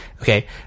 Okay